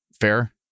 fair